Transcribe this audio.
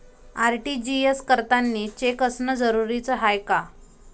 RTGS करतांनी cheque असनं जरुरीच हाय का?